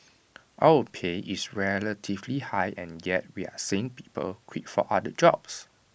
our pay is relatively high and yet we're seeing people quit for other jobs